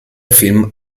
film